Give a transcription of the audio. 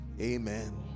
Amen